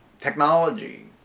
technology